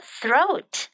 throat